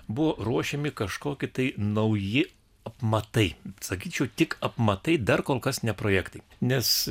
buvo ruošiami kažkoki tai nauji apmatai sakyčiau tik apmatai dar kol kas ne projektai nes